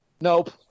Nope